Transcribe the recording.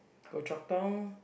Goh-Chok-Tong